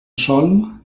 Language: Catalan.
sol